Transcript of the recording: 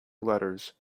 letters